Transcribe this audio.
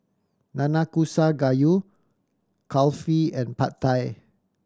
Nanakusa Gayu Kulfi and Pad Thai